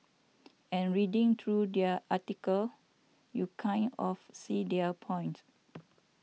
and reading through their article you kind of see their point